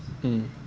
mm